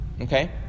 Okay